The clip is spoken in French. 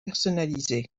personnalisé